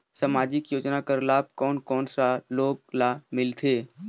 समाजिक योजना कर लाभ कोन कोन सा लोग ला मिलथे?